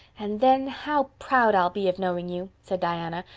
and then how proud i'll be of knowing you, said diana,